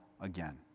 again